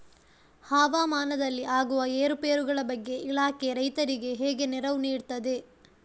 ಹವಾಮಾನದಲ್ಲಿ ಆಗುವ ಏರುಪೇರುಗಳ ಬಗ್ಗೆ ಇಲಾಖೆ ರೈತರಿಗೆ ಹೇಗೆ ನೆರವು ನೀಡ್ತದೆ?